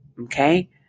Okay